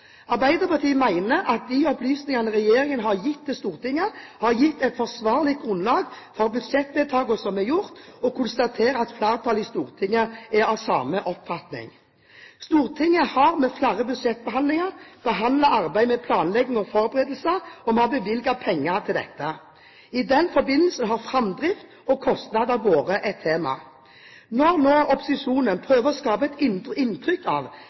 Arbeiderpartiet mener at de opplysningene regjeringen har gitt til Stortinget, har gitt et forsvarlig grunnlag for budsjettvedtakene som er gjort, og konstaterer at flertallet i Stortinget er av samme oppfatning. Stortinget har ved flere budsjettbehandlinger behandlet arbeidet med planlegging og forberedelse, og vi har bevilget penger til dette. I den forbindelse har framdrift og kostnader vært et tema. Når opposisjonen nå prøver å skape et inntrykk av